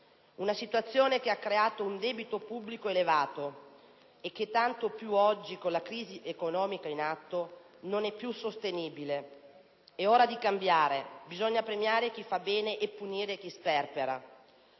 situazione ha creato un debito pubblico elevato e che - tanto meno oggi, con la crisi economica in atto - non è più sostenibile. È ora di cambiare, bisogna premiare chi fa bene e punire chi sperpera.